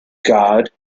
god